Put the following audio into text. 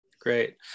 great